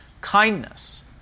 kindness